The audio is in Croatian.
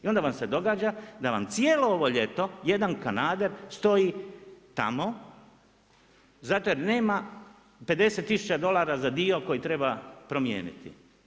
I onda vam se događa da vam cijelo ovo ljeto jedan kanader stoji tamo zato jer nema 50000 dolara za dio koji treba promijeniti.